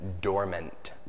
dormant